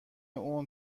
اون